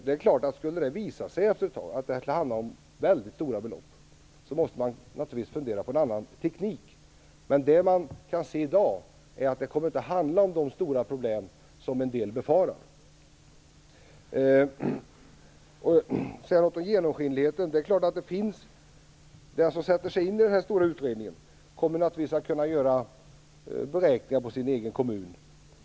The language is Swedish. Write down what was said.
Det är klart att om det om ett tag visar sig att det handlar om väldigt stora belopp måste man naturligtvis börja fundera på en annan teknik. Men enligt vad man kan se i dag kommer det inte att handla om de stora problem som en del befarar. Sedan över till genomskinligheten. De som sätter sig in i den stora utredningen kommer naturligtvis att kunna göra beräkningar för sin egen kommun.